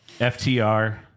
FTR